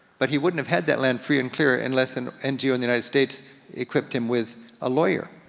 but he wouldn't have had that land free and clear unless an ngo in the united states equipped him with a lawyer.